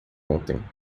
ontem